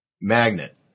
Magnet